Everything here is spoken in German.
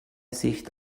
sicht